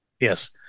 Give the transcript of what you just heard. Yes